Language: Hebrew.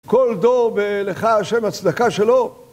כל דור ולך ה' הצדקה שלו